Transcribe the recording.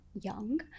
young